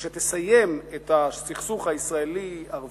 אשר תסיים את הסכסוך הישראלי-ערבי